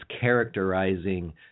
characterizing